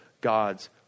God's